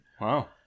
Wow